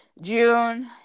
June